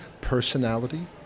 Personality